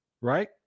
right